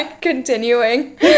continuing